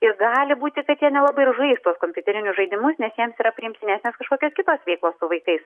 ir gali būti kad jie nelabai ir žais tuos kompiuterinius žaidimus nes jiems yra priimtinesnės kažkokios kitos veiklos su vaikais